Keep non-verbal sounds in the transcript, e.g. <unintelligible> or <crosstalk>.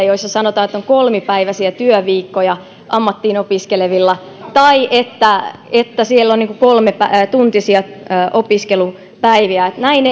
<unintelligible> joissa sanotaan että on kolmipäiväisiä työviikkoja ammattiin opiskelevilla tai että että siellä on kolmetuntisia opiskelupäiviä näin <unintelligible>